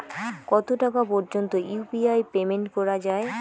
কত টাকা পর্যন্ত ইউ.পি.আই পেমেন্ট করা যায়?